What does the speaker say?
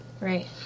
Right